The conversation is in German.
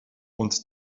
und